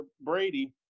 Brady